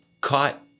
caught